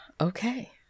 okay